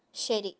ശരി